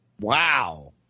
Wow